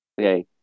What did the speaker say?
okay